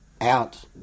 out